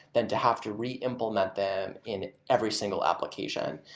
than to have to re-implement them in every single application.